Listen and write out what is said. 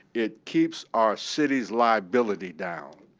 it keeps our city's liability down.